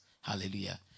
Hallelujah